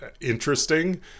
interesting